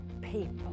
people